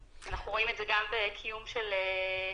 אנחנו עושים שמיניות באוויר.